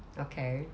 okay